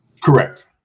Correct